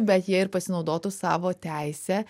bet jie ir pasinaudotų savo teise